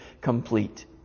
complete